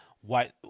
white